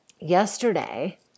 yesterday